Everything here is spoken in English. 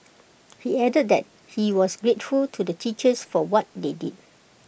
he added that he was grateful to the teachers for what they did